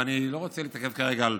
אני לא רוצה להתעכב כרגע על